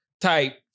type